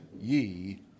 ye